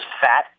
fat